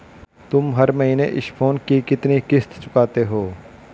तुम हर महीने इस फोन की कितनी किश्त चुकाते हो?